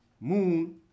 moon